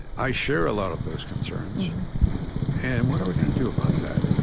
i share a lot of those concerns and what are we going to do about that?